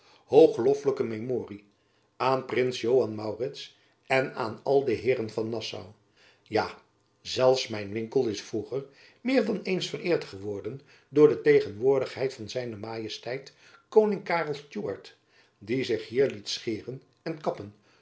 hoogloffelijker memorie aan prins joan maurits en aan al de heeren van nassau ja zelfs mijn winkel is vroeger meer dan eens vereerd geworden door de tegenwoordigheid van z majesteit koning karel stuart die zich hier liet scheren en kappen